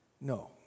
No